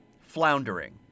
floundering